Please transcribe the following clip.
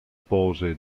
pose